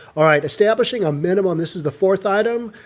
alright, establishing a minimum, this is the fourth item,